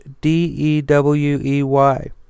D-E-W-E-Y